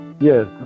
Yes